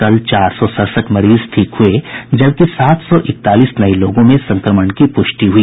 कल चार सौ सड़सठ मरीज ठीक हुए जबकि सात सौ इकतालीस नए लोगों में संक्रमण की प्रष्टि हुई